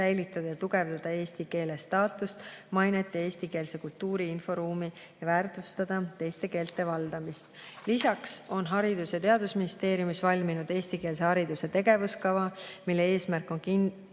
säilitada ja tugevdada eesti keele staatust ja mainet ning eestikeelset kultuuri‑ ja inforuumi ning väärtustada teiste keelte valdamist. Lisaks on Haridus‑ ja Teadusministeeriumis valminud eestikeelse hariduse tegevuskava, mille eesmärk on kindlustada